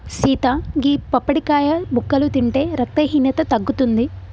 సీత గీ పప్పడికాయ ముక్కలు తింటే రక్తహీనత తగ్గుతుంది